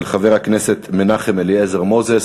של חבר הכנסת מנחם אליעזר מוזס,